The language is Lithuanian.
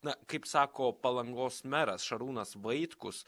na kaip sako palangos meras šarūnas vaitkus